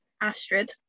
Astrid